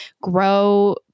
grow